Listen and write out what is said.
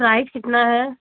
price कितना है